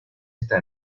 está